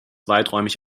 weiträumig